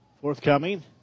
forthcoming